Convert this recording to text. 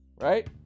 right